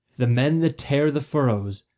the men that tear the furrows,